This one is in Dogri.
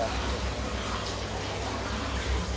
खुराकी बच्चे न ते